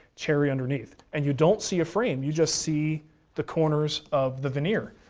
cherry underneath, and you don't see a frame. you just see the corners of the veneer.